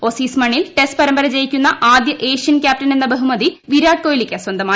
Aussies മണ്ണിൽ test പരമ്പര ജയിക്കുന്ന ആദ്യ ഏഷ്യൻ ക്യാപ്റ്റൻ എന്ന ബഹുമതി വിരാട് കോഹ്ലിക്ക് സ്വന്തമായി